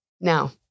Now